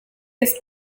ist